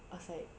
I was like